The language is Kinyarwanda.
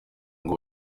ngo